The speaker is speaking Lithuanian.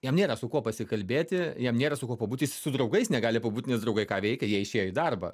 jam nėra su kuo pasikalbėti jam nėra su kuo pabūti jisai su draugais negali pabūt nes draugai ką veikia jie išėjo į darbą